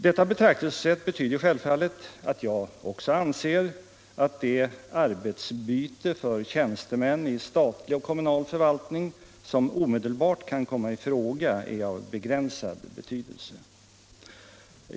Detta betraktelsesätt betyder självfallet att jag också anser att det arbetsbyte för tjänstemän i statlig och kommunal förvaltning som omedelbart kan komma i fråga är av begränsad betydelse.